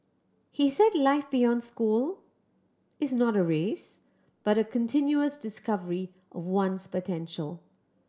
he said life beyond school is not a race but a continuous discovery of one's potential